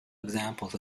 examples